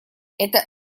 это